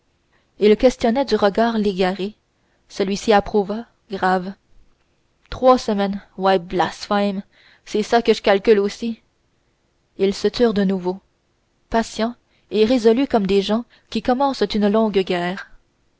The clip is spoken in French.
il questionnait légaré du regard celui-ci approuva grave trois semaines ouais blasphème c'est ça que je calcule aussi ils se turent de nouveau patients et résolus comme des gens qui commencent une longue guerre